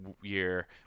year